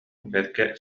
бэркэ